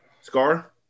Scar